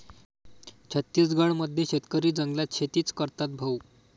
छत्तीसगड मध्ये शेतकरी जंगलात शेतीच करतात भाऊ